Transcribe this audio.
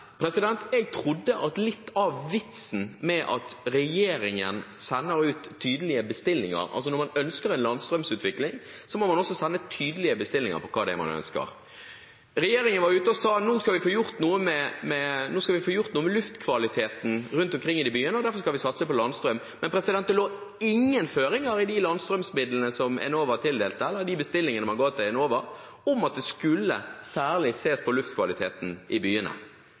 Jeg trodde at litt av vitsen med at regjeringen sender ut tydelige bestillinger – altså, når man ønsker en landstrømutvikling, må man også sende tydelige bestillinger på hva det er man ønsker. Regjeringen var ute og sa at nå skal vi få gjort noe med luftkvaliteten rundt omkring i de byene, og derfor skal vi satse på landstrøm, men det lå ingen føringer i de landstrømmidlene som Enova tildelte, eller de bestillingene man ga til Enova, om at det skulle særlig ses på luftkvaliteten i byene.